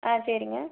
ஆ சரிங்க